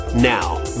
Now